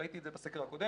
ראינו את זה בסקר הקודם,